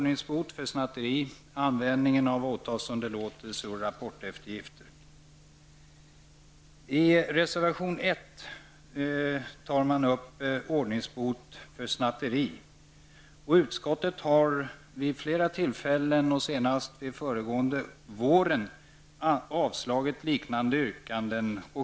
I I reservation 1 tar man upp ordningsbot för snatteri. Utskottet har tidigare vid flera tillfällen, och senast förra våren, avslagit liknande yrkanden.